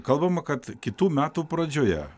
kalbama kad kitų metų pradžioje